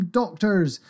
doctors